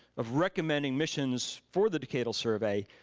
of recommending missions for the decadal survey,